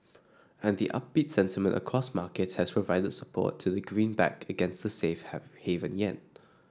and the upbeat sentiment across markets has provided support to the greenback against the safe have haven yen